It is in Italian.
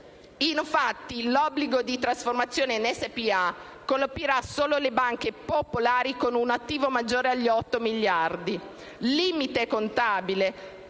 Infatti l'obbligo di trasformazione in SpA colpirà solo le banche popolari con un attivo maggiore agli otto miliardi,